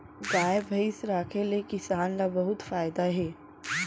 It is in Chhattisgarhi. गाय भईंस राखे ले किसान ल बहुत फायदा हे